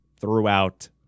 throughout